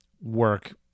work